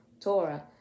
Torah